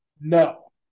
No